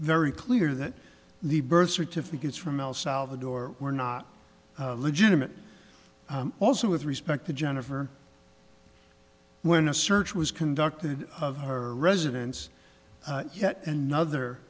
very clear that the birth certificates from el salvador were not legitimate also with respect to jennifer when a search was conducted of her residence yet another